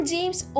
James